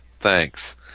thanks